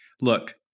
Look